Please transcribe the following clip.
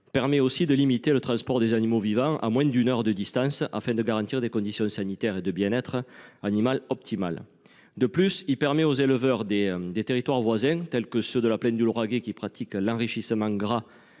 permet aussi de limiter le transport des animaux vivants à moins d’une heure de distance, afin de garantir des conditions sanitaires et de bien être animal optimales. Enfin, il permet aux éleveurs des territoires voisins, tels que ceux de la plaine du Lauragais qui pratiquent l’enrichissement gras,